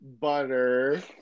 butter